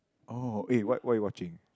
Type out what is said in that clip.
oh eh what what you watching